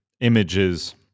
images